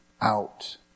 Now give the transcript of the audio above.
out